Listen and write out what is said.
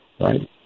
right